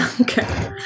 Okay